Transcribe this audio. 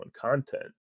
content